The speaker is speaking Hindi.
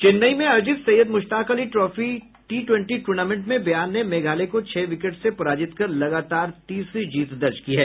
चेन्नई में आयोजित Syed Mushtaq Ali trophy T twenty tournament में बिहार ने मेघालय को छह विकेट से पराजित कर लगातार तीसरी जीत दर्ज की है